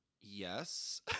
Yes